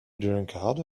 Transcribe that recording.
drunkard